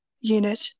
unit